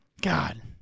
God